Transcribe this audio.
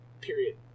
Period